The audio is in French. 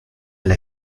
elle